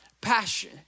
passion